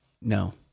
No